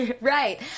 Right